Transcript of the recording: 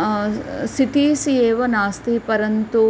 cities एव नास्ति परन्तु